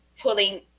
pulling